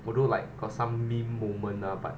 although like got some mean moment lah but